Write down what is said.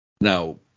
Now